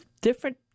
different